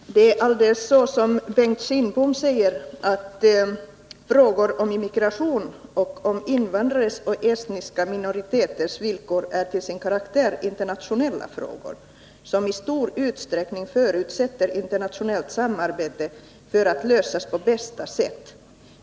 Herr talman! Det är alldeles riktigt som Bengt Kindbom säger, att frågor om immigration och invandrares och etniska minoriteters villkor till sin karaktär är internationella och i stor utsträckning förutsätter internationellt samarbete för att lösas på bästa sätt.